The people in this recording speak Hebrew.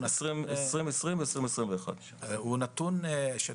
ב-2020 היו 70 או 60 הרוגים וב-2021 עוד כ-60 הרוגים,